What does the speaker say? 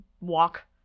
walk